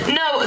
no